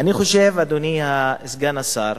אדוני סגן השר,